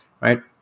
right